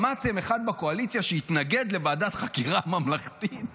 שמעת אחד בקואליציה שהתנגד לוועדת חקירה ממלכתית?